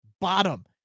bottom